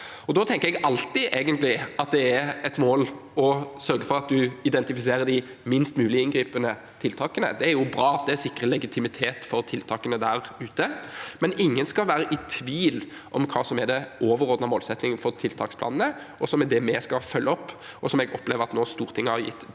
Da tenker jeg egentlig alltid at det er et mål å sørge for at man identifiserer de minst mulig inngripende tiltakene. Det er jo bra. Det sikrer legitimitet for tiltakene der ute. Samtidig skal ingen være i tvil om hva som er den overordnede målsettingen for tiltaksplanene, som er det vi skal følge opp, og som jeg opplever at Stortinget nå har gitt bred